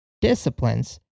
disciplines